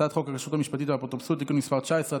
הצעת חוק הכשרות המשפטית והאפוטרופסות (תיקון מס' 19),